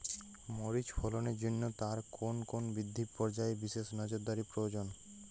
মরিচ ফলনের জন্য তার কোন কোন বৃদ্ধি পর্যায়ে বিশেষ নজরদারি প্রয়োজন?